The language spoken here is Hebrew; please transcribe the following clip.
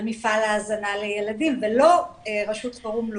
על מפעל ההזנה לילדים, ולא רח"ל.